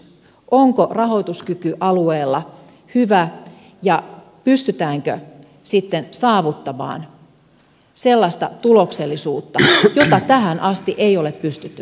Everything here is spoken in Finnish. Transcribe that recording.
onko rahoituskyky alueella hyvä ja pystytäänkö sitten saavuttamaan sellaista tuloksellisuutta jota tähän asti ei ole pystytty saavuttamaan